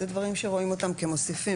זה דברים שרואים אותם כמוסיפים,